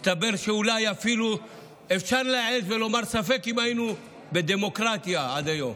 מסתבר שאולי אפילו אפשר להעז ולומר שספק אם היינו בדמוקרטיה עד היום.